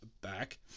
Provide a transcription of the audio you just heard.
back